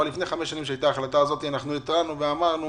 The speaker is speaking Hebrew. אבל לפני 5 שנים כשהיתה ההחלטה הזאת הם התריעו ואמרו